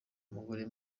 umugore